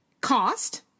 Cost